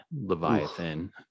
Leviathan